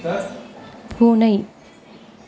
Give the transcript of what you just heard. பூனை